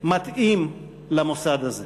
שמתאים למוסד הזה.